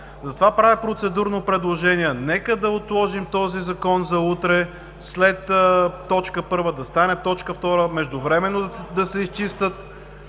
Затова правя процедурно предложение: нека да отложим този Закон за утре след точка първа да стане точка втора, междувременно да се изчистят